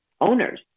Owners